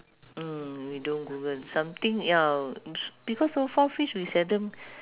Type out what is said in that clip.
mm we don't google something ya because so far fish we seldom